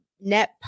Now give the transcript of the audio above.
Net